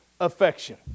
affection